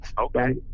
Okay